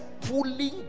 pulling